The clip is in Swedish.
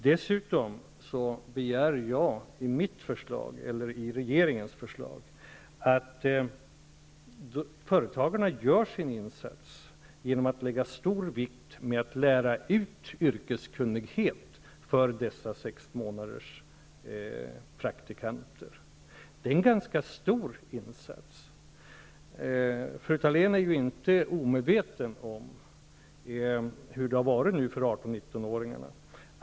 Dessutom begär jag i regeringens förslag att företagarna gör sin insats genom att lägga stor vikt vid att lära ut yrkeskunnighet åt dessa sexmånaderspraktikanter. Det är en ganska stor insats. Fru Thalén är ju inte omedveten om hur det har varit nu för 18--19 åringarna.